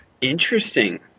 Interesting